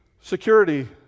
Security